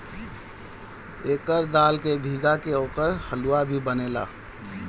एकर दाल के भीगा के ओकर हलुआ भी बनेला